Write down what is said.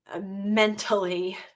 mentally